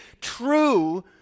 true